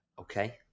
Okay